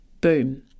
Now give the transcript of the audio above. Boom